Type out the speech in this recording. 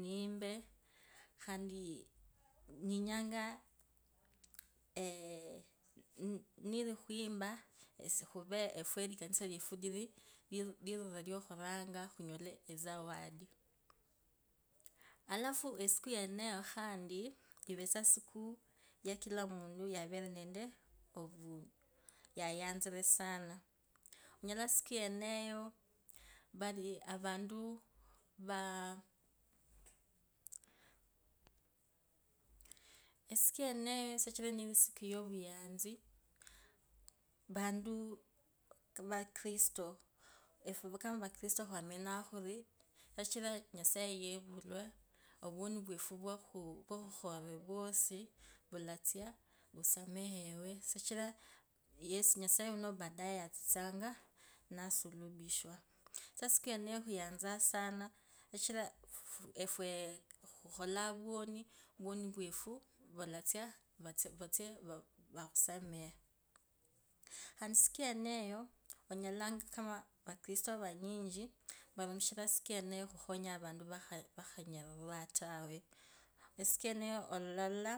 Nimbe, khandi ndenyanga eeh, nikhurikhumba efwe khuve elikanisa irefulivurire khunyore tsizawadi alafu isiku yeneyo khandi evetsa isiku kila omuntu yayanzire sana, onyala isiku yeneyo avantu vaaa isiku yeneyo sichira niyosiku yovuyatsi, vantu, vakiristo, efwe kama vakiristo khwaminya khuri, kachira nyasaye yevulwa ovwori vwefu vwakhukhorire vwosi. Vulatsa vusamehewe kachira, yesu nyasaye uno atsitsanga baadae atsitsanga nasulubishwa, sa isiku yeneyo khuyanzanga sana sichira efwee, khukholaa uvwoni, uvwoni vwefuo vulatsa vatse vatse vatse vakhusamehe, khandi isiku yeneyo vakaristo vanyichi, varumishiranga isikueneyo khukhonya avantu vakhenyariranga tawe. Isiku yeneyo, ololara